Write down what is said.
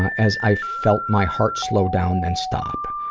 as i felt my heart slow down then stop.